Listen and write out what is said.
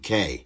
UK